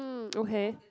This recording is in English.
um okay